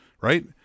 right